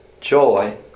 joy